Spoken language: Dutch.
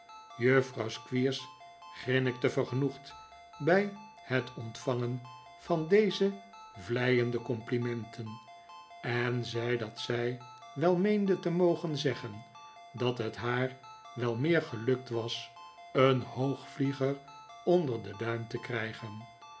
juffrouw squeers grinnikte vergenoegd bij het ontvangen van deze vleiende complimenten en zei dat zij wel meende te mogen zeggen dat het haar wel meer gelukt was een hoogvlieger onder den duim te krijgen